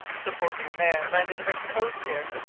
supposing a man landed about the coast, here,